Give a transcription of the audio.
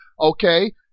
okay